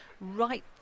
right